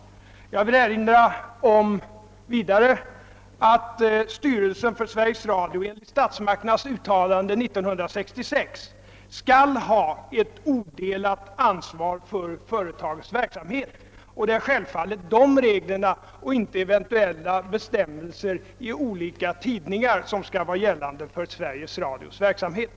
Vidare vill jag erinra om att styrelsen för Sveriges Radio enligt statsmakternas uttalande år 1966 skall ha ett odelat ansvar för företagets verksamhet. Det är självfallet dessa regler och inte eventuella bestämmelser inom olika tidningar som skall vara gällande för Sveriges Radios verksamhet.